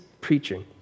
preaching